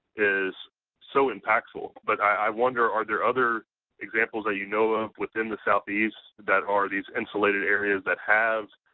is so impactful. but i wonder, are there other examples, that you know of, within the southeast, that are these insulated areas that have,